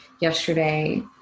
yesterday